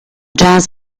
jazz